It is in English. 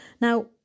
Now